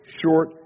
short